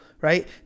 right